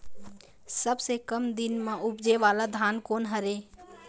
सबसे कम दिन म उपजे वाला धान कोन हर ये?